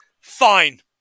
fine